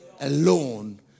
alone